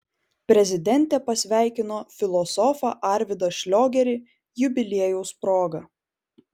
prezidentė pasveikino filosofą arvydą šliogerį jubiliejaus proga